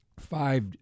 five